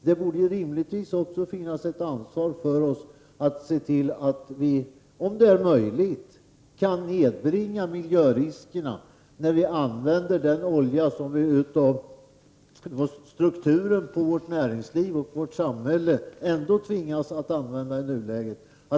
Det borde rimligtvis finnas ett ansvar hos oss att se till att vi, om det är möjligt, på ett bättre sätt skall nedbringa miljöriskerna när vi använder den olja som vi för strukturen i vårt näringsliv och vårt samhälle ändå tvingas använda i nuläget.